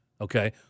Okay